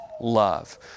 love